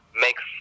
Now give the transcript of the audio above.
makes